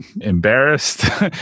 embarrassed